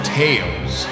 tales